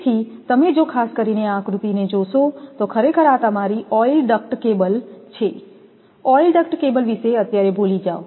તેથી તમે જો ખાસ કરીને આ આકૃતિને જોશો તો ખરેખર આ તમારી ઓઇલ ડક્ટ કેબલ છે ઓઇલ ડક્ટ કેબલ વિશે અત્યારે ભૂલી જાવ